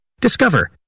Discover